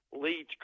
Leach